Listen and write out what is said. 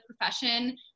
profession